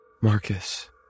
Marcus